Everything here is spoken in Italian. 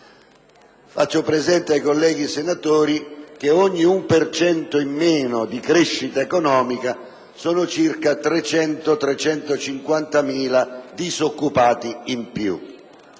Faccio presente ai colleghi senatori che ogni 1 per cento in meno di crescita economica comporta circa 300.000-350.000 disoccupati in più.